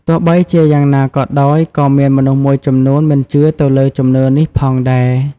ទោះបីជាយ៉ាងណាក៏ដោយ ក៏មានមនុស្សមួយចំនួនមិនជឿទៅលើជំនឿនេះផងដែរ។